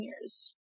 years